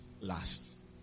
last